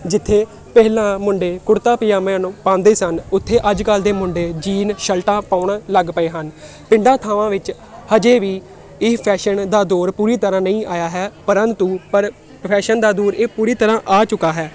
ਜਿੱਥੇ ਪਹਿਲਾਂ ਮੁੰਡੇ ਕੁੜਤਾ ਪਜਾਮਿਆਂ ਨੂੰ ਪਾਉਂਦੇ ਸਨ ਉੱਥੇ ਅੱਜ ਕੱਲ੍ਹ ਦੇ ਮੁੰਡੇ ਜੀਨ ਸ਼ਲਟਾਂ ਪਾਉਣ ਲੱਗ ਪਏ ਹਨ ਪਿੰਡਾਂ ਥਾਵਾਂ ਵਿੱਚ ਅਜੇ ਵੀ ਇਹ ਫੈਸ਼ਣ ਦਾ ਦੌਰ ਪੂਰੀ ਤਰ੍ਹਾਂ ਨਹੀਂ ਆਇਆ ਹੈ ਪਰੰਤੂ ਪਰ ਫੈਸ਼ਨ ਦਾ ਦੌਰ ਇਹ ਪੂਰੀ ਤਰ੍ਹਾਂ ਆ ਚੁੱਕਾ ਹੈ